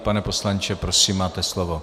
Pane poslanče, prosím, máte slovo.